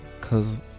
Cause